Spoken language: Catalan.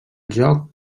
joc